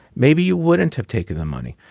maybe you wouldn't have taken the money.